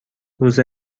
روز